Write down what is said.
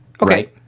Okay